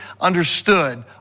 understood